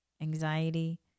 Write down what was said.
anxiety